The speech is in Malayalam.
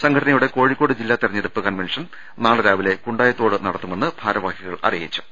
സംഘടനയുടെ കോഴിക്കോട് ജില്ലാ തെരഞ്ഞെടുപ്പ് കൺവെൻഷൻ നാളെ രാവിലെ കുണ്ടായിത്തോട്ട് നടത്തുമെന്ന് ഭാര വാഹികൾ അറിയിച്ചു